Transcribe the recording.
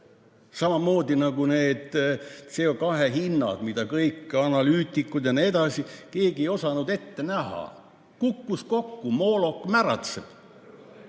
samamoodi nagu need CO2hinnad, mida analüütikud ega keegi [muu] ei osanud ette näha. Kukkus kokku, moolok märatseb.